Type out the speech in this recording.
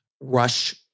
rush